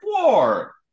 four